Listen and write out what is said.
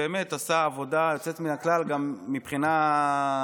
שבאמת עשה עבודה יוצאת מן הכלל גם מבחינה טכנית,